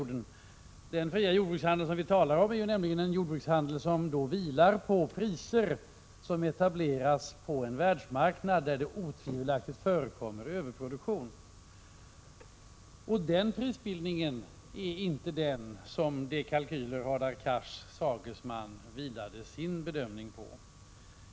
Den fria jordbrukshandel som vi talar om är nämligen en jordbrukshandel som vilar på priser som etableras på en världsmarknad där det otvivelaktigt förekommer överproduktion. Den prisbildningen är inte den som de kalkyler Hadar Cars sagesman vilade sin bedömning på.